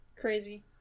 crazy